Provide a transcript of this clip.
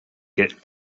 get